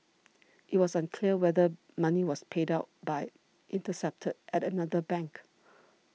it was unclear whether money was paid out but intercepted at another bank